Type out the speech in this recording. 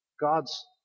God's